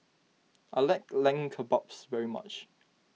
I like Lamb Kebabs very much